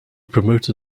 promoted